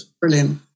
Brilliant